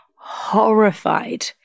horrified